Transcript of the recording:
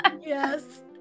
Yes